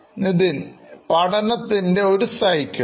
Nithin പഠനത്തിൻറെ ഒരു cycle